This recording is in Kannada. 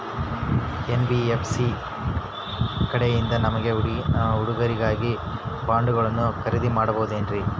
ಎನ್.ಬಿ.ಎಫ್.ಸಿ ಕಡೆಯಿಂದ ನಮ್ಮ ಹುಡುಗರಿಗಾಗಿ ಬಾಂಡುಗಳನ್ನ ಖರೇದಿ ಮಾಡಬಹುದೇನ್ರಿ?